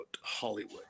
Hollywood